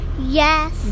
Yes